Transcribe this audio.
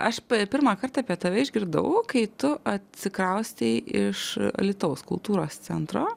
aš pirmą kartą apie tave išgirdau kai tu atsikraustei iš alytaus kultūros centro